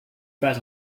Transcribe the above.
pas